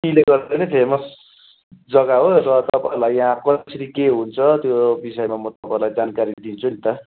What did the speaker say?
टीले गर्दा नै फेमस जग्गा हो र तपाईँहरूलाई यहाँ कसरी के हुन्छ त्यो विषयमा म तपाईँलाई जानकारी दिन्छु नि त